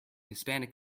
hispanic